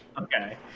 Okay